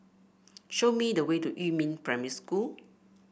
show me the way to Yumin Primary School